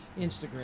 Instagram